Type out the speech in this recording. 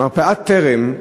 מרפאת "טרם"